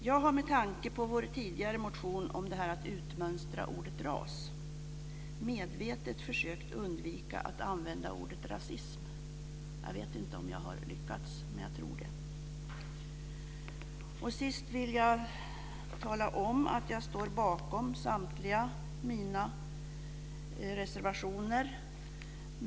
Jag har med tanke på vår tidigare motion om att utmönstra ordet ras medvetet försökt att undvika använda ordet rasism. Jag vet inte om jag har lyckats, men jag tror det. Sist vill jag tala om att jag står bakom samtliga mina reservationer.